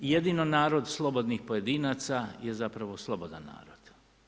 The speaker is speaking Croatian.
Jedino narod slobodnih pojedinaca je zapravo slobodan narod.